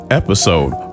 episode